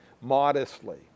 modestly